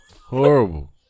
Horrible